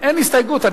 אין הסתייגות.